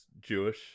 Jewish